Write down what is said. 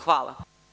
Hvala.